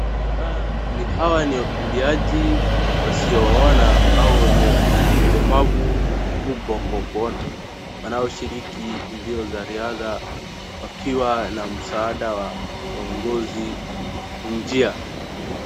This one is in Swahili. Hawa ni wakimbiaji wasioona au wenye ulemavu mkubwa kwa kuona, wanaoshiriki mbio za riadha wakiwa na msaada wa waongoza njia.